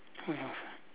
what else ah